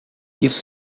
isso